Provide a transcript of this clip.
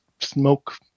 smoke